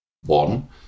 One